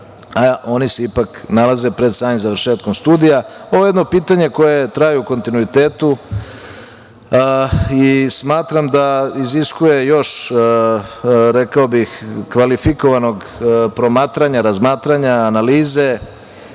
oni se ipak nalaze pred samim završetkom studija. Ovo je jedno pitanje koje traje u kontinuitetu i smatram da iziskuje još, rekao bih kvalifikovanog promatranja, razmatranja, analize,